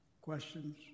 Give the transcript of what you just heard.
Questions